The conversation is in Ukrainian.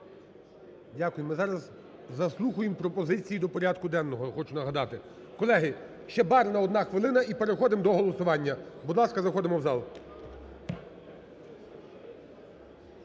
Дякую. Ми зараз заслуховуємо пропозиції до порядку денного, я хочу нагадати. Колеги, ще Барна, одна хвилина, і переходимо до голосування, Будь ласка, заходимо в зал.